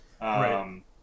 Right